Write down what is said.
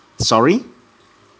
sorry